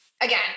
again